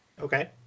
Okay